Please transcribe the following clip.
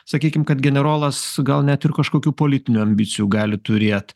sakykim kad generolas gal net ir kažkokių politinių ambicijų gali turėt